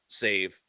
save